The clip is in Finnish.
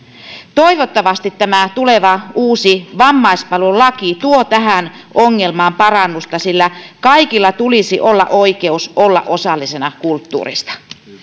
toivottavasti tämä tuleva uusi vammaispalvelulaki tuo tähän ongelmaan parannusta sillä kaikilla tulisi olla oikeus olla osallisena kulttuurista